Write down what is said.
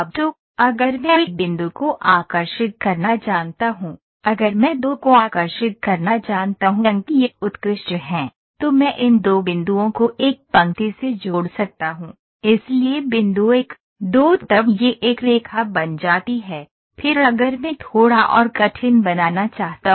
तो अगर मैं एक बिंदु को आकर्षित करना जानता हूं अगर मैं 2 को आकर्षित करना जानता हू अंक यह उत्कृष्ट है तो मैं इन 2 बिंदुओं को एक पंक्ति से जोड़ सकता हूं इसलिए बिंदु 1 2 तब यह एक रेखा बन जाती है फिर अगर मैं थोड़ा और कठिन बनाना चाहता हूं